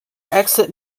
exit